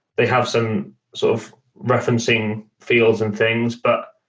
they have some sort of referencing fi elds and things. but,